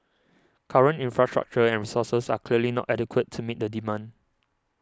current infrastructure and resources are clearly not adequate to meet the demand